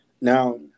Now